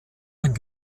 ein